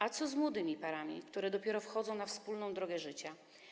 A co z młodymi parami, które dopiero wchodzą na wspólną drogę życia?